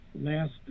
last